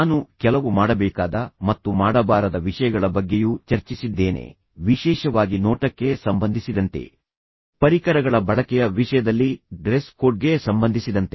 ನಾನು ಕೆಲವು ಮಾಡಬೇಕಾದ ಮತ್ತು ಮಾಡಬಾರದ ವಿಷಯಗಳ ಬಗ್ಗೆಯೂ ಚರ್ಚಿಸಿದ್ದೇನೆ ವಿಶೇಷವಾಗಿ ನೋಟಕ್ಕೆ ಸಂಬಂಧಿಸಿದಂತೆ ಪರಿಕರಗಳ ಬಳಕೆಯ ವಿಷಯದಲ್ಲಿ ಡ್ರೆಸ್ ಕೋಡ್ಗೆ ಸಂಬಂಧಿಸಿದಂತೆ